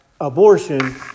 abortion